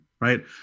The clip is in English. right